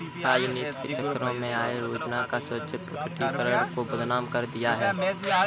राजनीति के चक्कर में आय योजना का स्वैच्छिक प्रकटीकरण को बदनाम कर दिया गया था